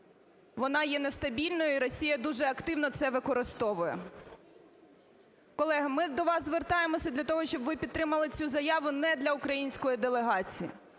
Вона є не стабільною, і Росія дуже активно це використовує. Колеги, ми до вас звертаємося для того, щоб ви підтримали цю заяву не для української делегації.